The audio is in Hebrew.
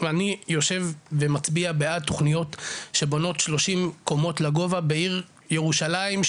ואני יושב ומצביע בעד תוכניות שבונות 30 קומות לגובה בעיר ירושלים,